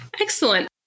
Excellent